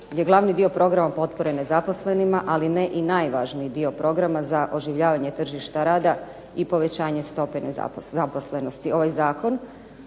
je glavni dio Programa potpore nezaposlenima, ali ne i najvažniji dio programa za oživljavanje tržišta rada i povećanje stope zaposlenosti. Ovaj zakon